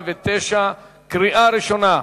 לשם הכנתה לקריאה שנייה